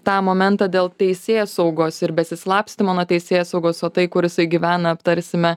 tą momentą dėl teisėsaugos ir besislapstymo nuo teisėsaugos o tai kur jis gyvena aptarsime